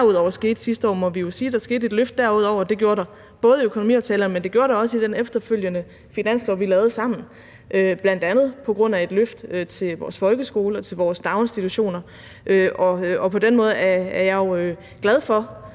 hvad der skete sidste år, må vi jo sige, at der skete et løft derudover. Det gjorde der i økonomiaftaler, men det gjorde der også i den efterfølgende finanslov, vi lavede sammen, bl.a. på grund af et løft til vores folkeskole og til vores daginstitutioner. På den måde er jeg glad for